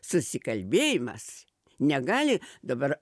susikalbėjimas negali dabar